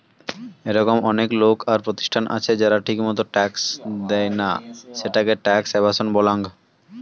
এরকম অনেক লোক আর প্রতিষ্ঠান আছে যারা ঠিকমতো ট্যাক্স দেইনা, সেটাকে ট্যাক্স এভাসন বলাঙ্গ